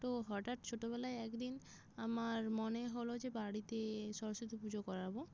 তো হঠাৎ ছোটোবেলায় একদিন আমার মনে হলো যে বাড়িতে সরস্বতী পুজো করাবো